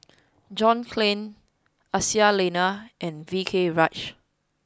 John Clang Aisyah Lyana and V K Rajah